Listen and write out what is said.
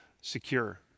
secure